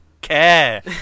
care